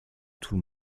tout